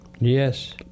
Yes